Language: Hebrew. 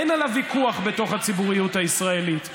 אין עליו ויכוח בתוך הציבוריות הישראלית.